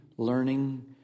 Learning